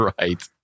right